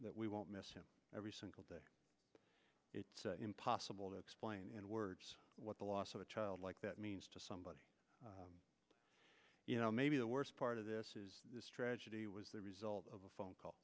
that we won't miss him every single day it's impossible to explain in words what the loss of a child like that means to somebody you know maybe the worst part of this is this tragedy was the result of a phone call